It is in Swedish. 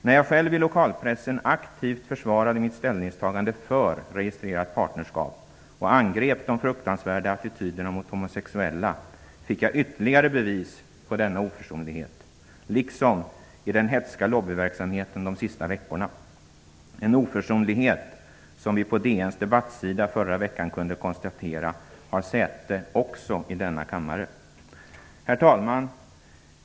När jag själv i lokalpressen aktivt försvarade mitt ställningstagande för registrerat partnerskap och angrep de fruktansvärda attityderna mot homosexuella fick jag ytterligare bevis på denna oförsonlighet, liksom i den hetska lobbyverksamheten de sista veckorna. Det är en oförsonlighet som man på DN:s debattsida förra veckan kunde konstatera har säte också i denna kammare. Herr talman!